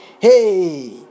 hey